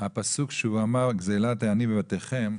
הפסוק שהוא אמר גְּזֵלַת הֶעָנִי בְּבָתֵּיכֶם,